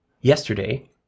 yesterday